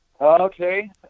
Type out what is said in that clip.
Okay